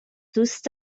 دوست